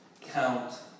Count